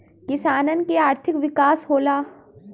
किसानन के आर्थिक विकास होला